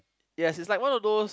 yes it's like one of those